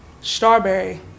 Strawberry